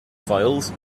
files